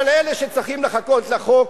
אבל אלה שצריכים לחכות לחוק,